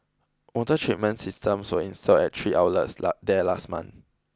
water treatment systems were installed at three outlets last there last month